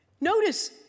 Notice